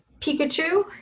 Pikachu